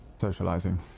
socializing